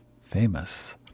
famous